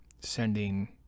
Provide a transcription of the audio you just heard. sending